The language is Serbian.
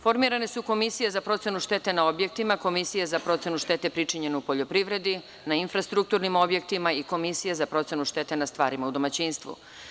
Formirane su komisije za procenu štete na objektima, komisije za procenu štete pričinjene u poljoprivredi, na infrastrukturnim objektima i komisije za procenu štete na stvarima u domaćinstvu.